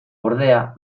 ordea